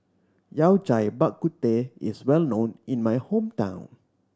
Yao Cai Bak Kut Teh is well known in my hometown